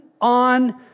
on